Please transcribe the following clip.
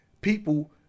people